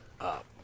up